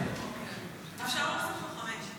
אפשר להוסיף לו חמש.